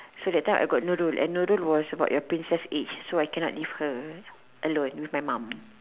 so that time I got Nurul and Nurul was about your princess age so I can not leave her alone with my mom